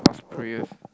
prayers